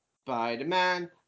Spider-Man